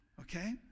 okay